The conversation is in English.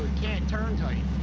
can't turn tight.